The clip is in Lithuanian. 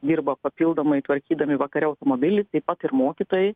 dirba papildomai tvarkydami vakare automobilį taip pat ir mokytojai